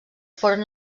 foren